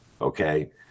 Okay